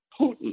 Putin